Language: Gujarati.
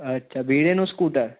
અચ્છા ભીડેનું સ્કૂટર